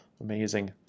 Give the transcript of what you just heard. Amazing